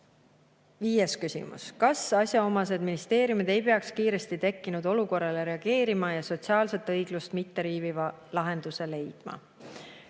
Viies küsimus: "Kas asjaomased ministeeriumid ei peaks kiiresti tekkinud olukorrale reageerima ja sotsiaalset õiglust mitte riivava lahenduse leidma?"